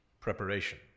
preparation